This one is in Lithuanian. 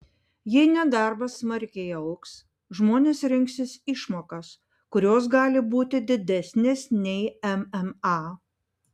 jei nedarbas smarkiai augs žmonės rinksis išmokas kurios gali būti didesnės nei mma